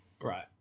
Right